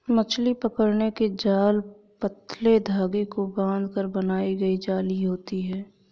मछली पकड़ने के जाल पतले धागे को बांधकर बनाई गई जाली होती हैं